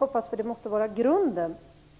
eftersom det måste vara grunden.